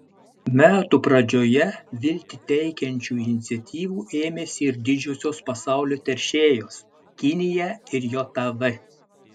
metų pradžioje viltį teikiančių iniciatyvų ėmėsi ir didžiausios pasaulio teršėjos kinija ir jav